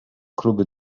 kluby